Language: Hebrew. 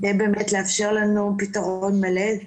כדי באמת לאפשר לנו פיתרון מלא.